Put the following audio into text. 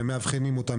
הם מאבחנים אותם,